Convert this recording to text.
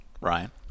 Ryan